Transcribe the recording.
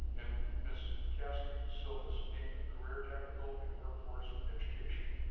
and miss cassie service dean of career technical and workforce education.